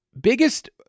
biggest